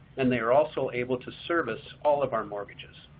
and they are also able to service all of our mortgages.